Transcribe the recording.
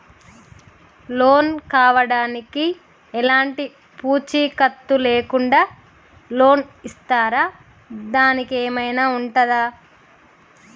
Loan కావడానికి ఎలాంటి పూచీకత్తు లేకుండా లోన్ ఇస్తారా దానికి ఏమైనా ఉంటుందా?